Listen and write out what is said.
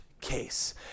case